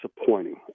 disappointing